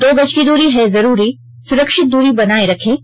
दो गज की दूरी है जरूरी सुरक्षित दूरी बनाए रखें